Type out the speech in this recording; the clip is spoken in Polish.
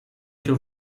się